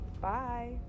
Bye